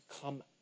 come